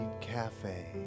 cafe